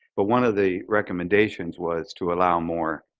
but one of the recommendations was to allow more